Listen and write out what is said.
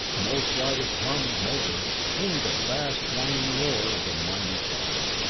no slightest hum of motor, only the vast whining roar of the mighty props.